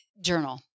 Journal